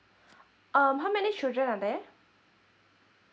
um how many children are there